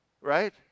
right